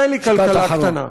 משפט אחרון.